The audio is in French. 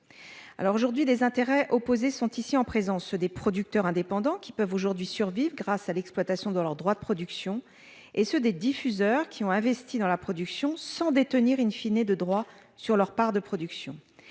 Aujourd'hui, des intérêts opposés sont en présence : ceux des producteurs indépendants, qui peuvent survivre grâce à l'exploitation de leurs droits de production, et ceux des diffuseurs, qui ont investi dans la production sans détenir de droits sur leur part de production.